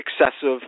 excessive